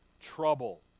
Trouble